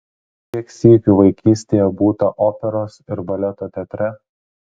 kiek sykių vaikystėje būta operos ir baleto teatre